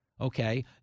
Okay